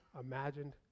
imagined